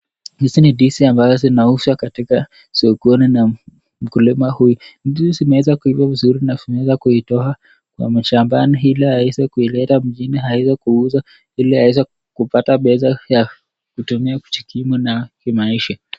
Hizi ni ndizi ambazo zinauzwa katika sokoni na mkulima huyu. Ndizi hizi zimeweza kuiva vizuri na zimeweza kuitoakwa mashambani ili aweze kuileta mjini aeze kuuza ili aeze kupata pesa ya kutumia kujikimu nayo maisha.